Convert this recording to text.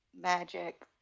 magic